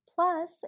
Plus